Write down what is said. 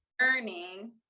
learning